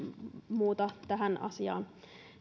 muuta tähän asiaan